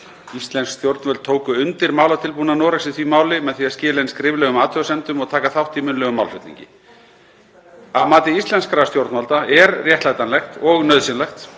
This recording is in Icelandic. Íslensk stjórnvöld tóku undir málatilbúnað Noregs í því máli með því að skila inn skriflegum athugasemdum og taka þátt í munnlegum málflutningi. Að mati íslenskra stjórnvalda er réttlætanlegt og nauðsynlegt